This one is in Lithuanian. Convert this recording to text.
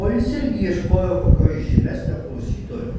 o jis irgi ieškojo kokio įžymesnio klausytojo